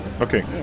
Okay